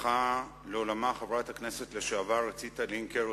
הלכה לעולמה חברת הכנסת לשעבר ציטה לינקר,